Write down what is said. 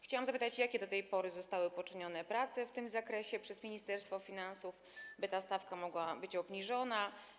Chciałam zapytać, jakie do tej pory zostały podjęte prace w tym zakresie przez Ministerstwo Finansów, by ta stawka mogła być obniżona.